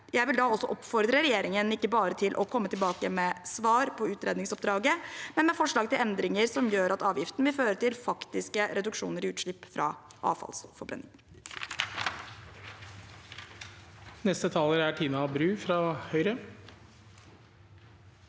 Jeg vil da også oppfordre regjeringen til ikke bare å komme tilbake med svar på utredningsoppdraget, men med forslag til endringer som gjør at avgiften vil føre til faktiske reduksjoner i utslipp fra avfallsforbrenning.